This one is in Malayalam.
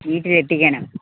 വീട്ടിലെത്തിക്കാനോ